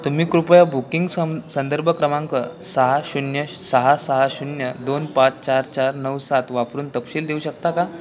तुम्ही कृपया बुकिंग सं संदर्भ क्रमांक सहा शून्य सहा सहा शून्य दोन पाच चार चार नऊ सात वापरून तपशील देऊ शकता का